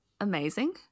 amazing